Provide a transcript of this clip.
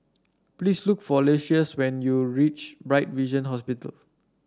please look for Lucious when you reach Bright Vision Hospital